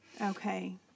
okay